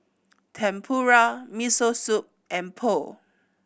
Tempura Miso Soup and Pho